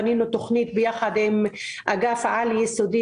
בנינו תכנית ביחס עם האגף העל-יסודי